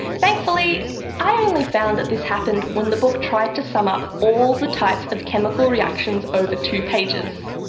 thankfully i only found that this happened when the book tried to sum up all the types of chemical reactions over two pages.